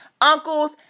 uncles